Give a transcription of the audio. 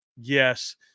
Yes